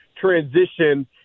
transition